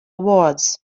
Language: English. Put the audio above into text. awards